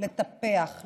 לטפח,